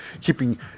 keeping